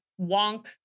wonk